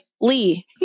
Lee